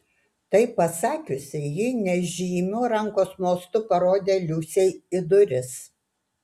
tai pasakiusi ji nežymiu rankos mostu parodė liusei į duris